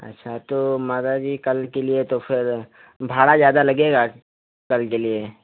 अच्छा तो माता जी कल के लिए तो फिर भाड़ा ज़्यादा लगेगा कल के लिए